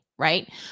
Right